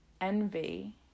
envy